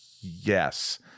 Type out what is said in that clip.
yes